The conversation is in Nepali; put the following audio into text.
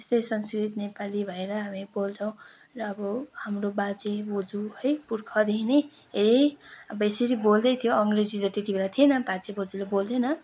त्यस्तै संस्कृत नेपाली भएर हामी बोल्छौँ र अब हाम्रो बाजे बोज्यू है पुर्खादेखि नै यही अब यसरी बोल्दै थिए अङ्ग्रेजी त त्यत्ति बेला थिएन बाजे बोज्यूले बोल्थेनन्